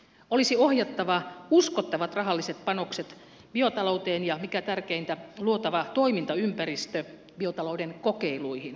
olisi ohjattava uskottavat rahalliset panokset biotalouteen ja mikä tärkeintä luotava toimintaympäristö biotalouden kokeiluihin